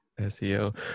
SEO